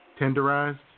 tenderized